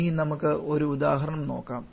ഇനിയും നമുക്ക് ഒരു ഉദാഹരണം നോക്കാം